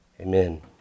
amen